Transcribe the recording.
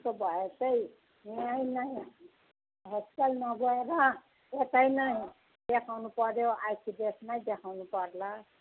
त्यसो भए चाहिँ यहीँ नै हस्पिटल नगएर यतै नै देखाउनु पर्यो आइसिडिएसमै देखाउनु पर्ला